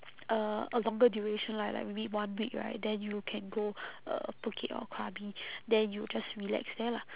uh a longer duration lah like maybe one week right then you can go uh phuket or krabi then you just relax there lah